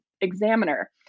examiner